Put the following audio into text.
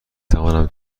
توانم